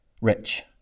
rich